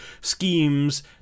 schemes